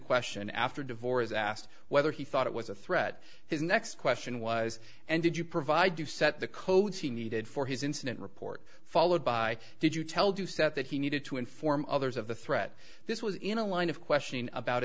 question after divorce asked whether he thought it was a threat his next question was and did you provide you set the codes he needed for his incident report followed by did you tell doucette that he needed to inform others of the threat this was in a line of questioning about